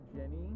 Jenny